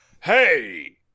hey